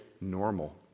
normal